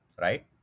right